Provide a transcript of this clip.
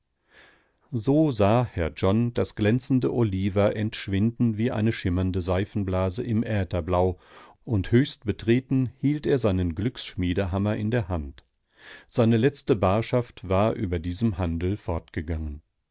so sah herr john das glänzende oliva entschwinden wie eine schimmernde seifenblase im ätherblau und höchst betreten hielt er seinen glücksschmiedehammer in der hand seine letzte barschaft war über diesem handel fortgegangen